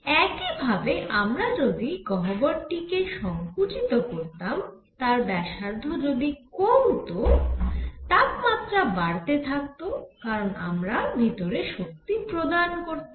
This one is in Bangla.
একই ভাবে আমরা যদি গহ্বরটি কে সঙ্কুচিত করতাম তার ব্যাসার্ধ যদি কমত তাপমাত্রা বাড়তে থাকত কারণ আমরা ভিতরে শক্তি প্রদান করতাম